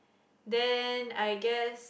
then I guess